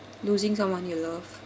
losing someone you love